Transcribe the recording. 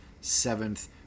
seventh